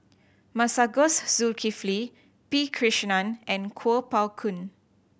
Masagos Zulkifli P Krishnan and Kuo Pao Kun